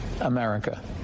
America